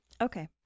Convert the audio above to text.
Okay